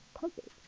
perfect